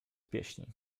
pieśni